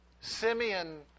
Simeon